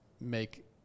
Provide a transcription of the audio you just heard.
make